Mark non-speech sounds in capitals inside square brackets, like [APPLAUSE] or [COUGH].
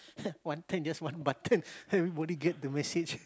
[LAUGHS] one time just one button everybody get the message